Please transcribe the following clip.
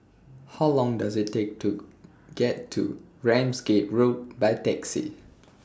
How Long Does IT Take to get to Ramsgate Road By Taxi